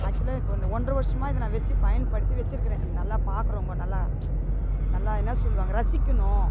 ஆக்சுவலாக இப்போ இந்த ஒன்றரை வருஷமா இத நான் வெச்சு பயன் படுத்தி வச்சிருக்குறேன் நல்லா பார்க்குறவங்க நல்லா நல்லா என்ன சொல்லுவாங்க ரசிக்கணும்